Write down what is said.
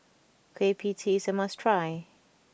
Kueh Pie Tee is a must try